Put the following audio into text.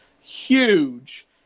huge